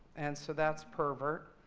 and so that's pervert.